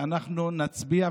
ואנחנו נצביע,